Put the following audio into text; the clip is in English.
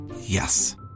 Yes